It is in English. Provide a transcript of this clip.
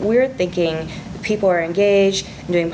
we are thinking people are engaged in doing